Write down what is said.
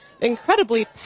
incredibly